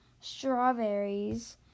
strawberries